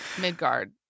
Midgard